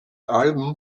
alben